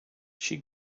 she